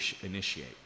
initiate